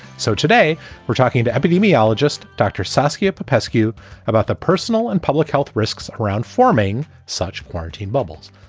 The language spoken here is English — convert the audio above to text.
so today we're talking to epidemiologist dr. saskia peski, you about the personal and public health risks around forming such quarantine bubbles.